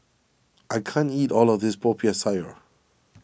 I can't eat all of this Popiah Sayur